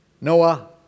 Noah